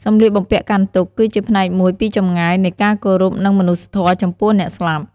សម្លៀកបំពាក់កាន់ទុក្ខ គឺជាផ្នែកមួយពីចម្ងាយនៃការគោរពនិងមនុស្សធម៌ ចំពោះអ្នកស្លាប់។